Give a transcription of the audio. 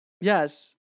Yes